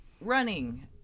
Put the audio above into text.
running